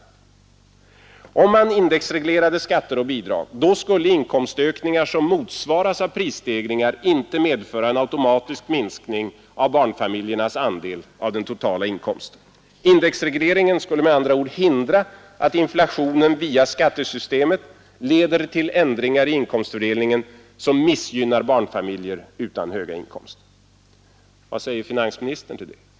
Mathiessen fortsätter: ”Om man indexreglerar skatter och bidrag skulle inkomstökningar som motsvaras av prisstegringar inte medföra en automatisk minskning av barnfamiljernas andel av den totala inkomsten. Indexregleringen skulle med andra ord hindra att inflationen via skattesystemet leder till ändringar i inkomstfördelningen som missgynnar barnfamiljer utan höga inkomster.” Vad säger finansministern?